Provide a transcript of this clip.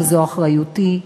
וזו אחריותי,